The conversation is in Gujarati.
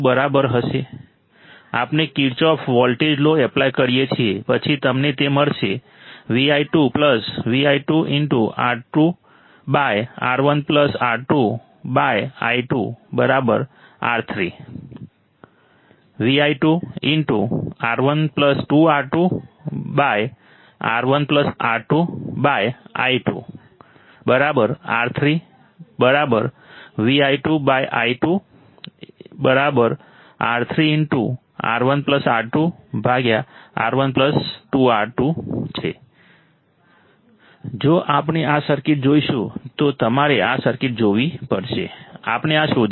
આપણે કિર્ચોફ વોલ્ટેજ લૉ એપ્લાય કરીએ છીએ પછી તમને તે મળશે જો આપણે આ સર્કિટ જોઈશું તો તમારે આ સર્કિટ જોવી પડશે આપણે આ શોધીશું આપણે કેવી રીતે સોલ્વ કરીએ છીએ